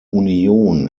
union